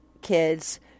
kids